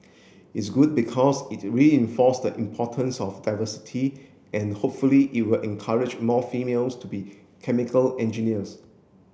it's good because it reinforced the importance of diversity and hopefully it will encourage more females to be chemical engineers